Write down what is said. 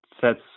sets